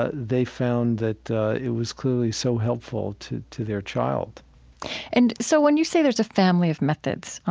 ah they found that it was clearly so helpful to to their child and so when you say there's a family of methods,